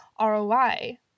ROI